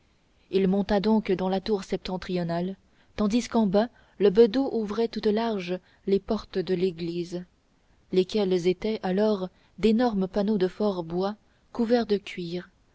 il monta donc dans la tour septentrionale tandis qu'en bas le bedeau ouvrait toutes larges les portes de l'église lesquelles étaient alors d'énormes panneaux de fort bois couverts de cuir